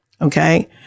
Okay